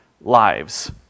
lives